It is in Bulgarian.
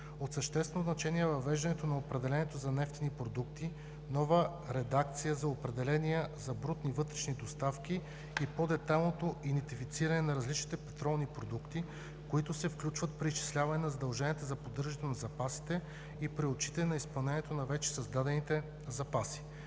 От съществено значение е въвеждането на определението за „нефтени продукти“, нова редакция на определението за „брутни вътрешни доставки“ и по-детайлното идентифициране на различните петролни продукти, които се включват при изчисляване на задължението за поддържане на запасите и при отчитане изпълнението на вече създадените запаси.